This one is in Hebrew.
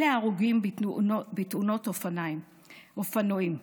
אלה ההרוגים בתאונות אופנועים.